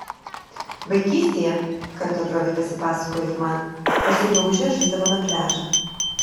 vaikystėje kartą droviai pasipasakojo ji man aš su drauguže žaisdavome pliažą